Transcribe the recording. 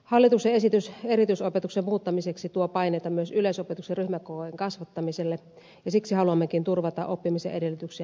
hallituksen esitys erityisopetuksen muuttamiseksi tuo paineita myös yleisopetuksen ryhmäkokojen kasvattamiselle ja siksi haluammekin turvata oppimisen edellytyksiä nyt lainsäädännöllä